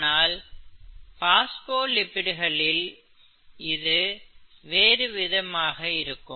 ஆனால் பாஸ்போ லிபிட்களில் இது வேறு விதமாக இருக்கும்